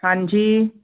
ਹਾਂਜੀ